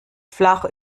flach